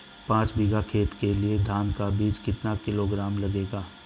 पाँच बीघा खेत के लिये धान का बीज कितना किलोग्राम लगेगा?